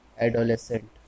adolescent